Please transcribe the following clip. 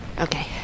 okay